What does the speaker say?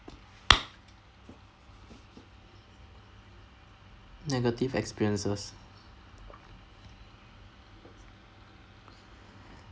negative experiences